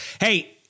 Hey